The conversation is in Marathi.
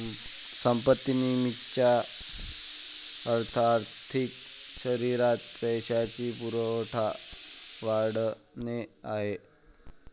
संपत्ती निर्मितीचा अर्थ आर्थिक शरीरात पैशाचा पुरवठा वाढवणे आहे